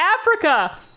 Africa